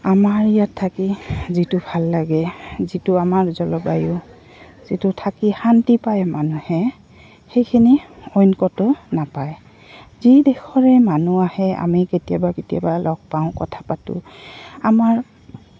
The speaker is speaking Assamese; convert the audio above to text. আমাৰ ইয়াত থাকি যিটো ভাল লাগে যিটো আমাৰ জলবায়ু যিটো থাকি শান্তি পায় মানুহে সেইখিনি অইন ক'তো নাপায় যি দেশৰে মানুহ আহে আমি কেতিয়াবা কেতিয়াবা লগ পাওঁ কথা পাতোঁ আমাৰ